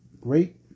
great